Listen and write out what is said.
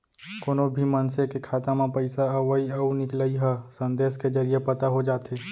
कोनो भी मनसे के खाता म पइसा अवइ अउ निकलई ह संदेस के जरिये पता हो जाथे